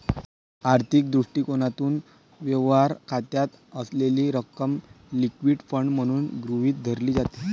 आर्थिक दृष्टिकोनातून, व्यवहार खात्यात असलेली रक्कम लिक्विड फंड म्हणून गृहीत धरली जाते